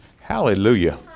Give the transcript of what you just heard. Hallelujah